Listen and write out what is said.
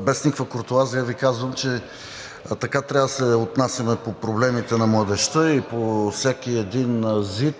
без никаква куртоазия Ви казвам, че така трябва да се отнасяме по проблемите на младежта и по всеки един ЗИД